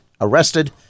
arrested